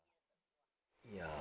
ya